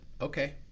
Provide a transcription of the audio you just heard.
okay